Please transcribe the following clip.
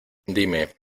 dime